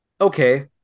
okay